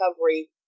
recovery